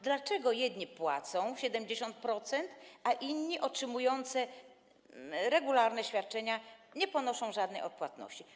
Dlaczego jedni płacą 70%, a inni, otrzymujący regularne świadczenia, nie ponoszą żadnej odpłatności?